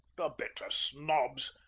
the bitter snobs!